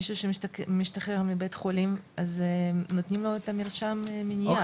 מישהו שמשתחרר מבית חולים אז נותנים לו את המרשם מנייר.